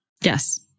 Yes